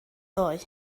ddoe